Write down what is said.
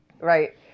Right